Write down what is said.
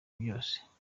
byose